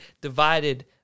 divided